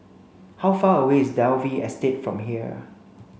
how far away is Dalvey Estate from here